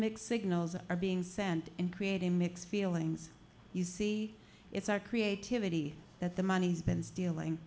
mixed signals are being sent and creating mixed feelings you see it's our creativity that the money's been stealing